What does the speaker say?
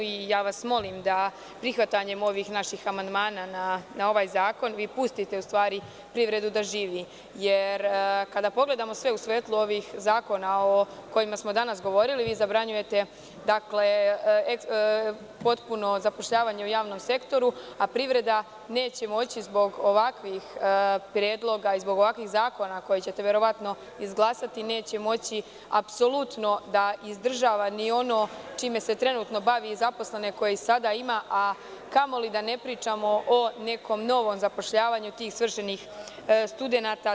Molim vas da prihvatanjem ovih naših amandmana na ovaj zakon vi pustite u stvari privredu da živi, jer kada pogledamo sve u svetlu ovih zakona o kojima smo danas govorili, vi zabranjujete potpuno zapošljavanje u javnom sektoru, a privreda neće moći zbog ovakvih predloga i zbog ovakvih zakona koje ćete verovatno izglasati, neće moći apsolutno da izdržava i ono čime se trenutno bavi i zaposlene koje sada ima, a kamoli da ne pričamo o nekom novom zapošljavanju tih svršenih studenata.